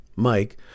Mike